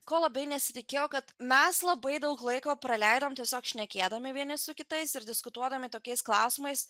ko labai nesitikėjau kad mes labai daug laiko praleidom tiesiog šnekėdami vieni su kitais ir diskutuodami tokiais klausimais